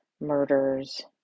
murders